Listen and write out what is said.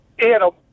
Adam